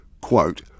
quote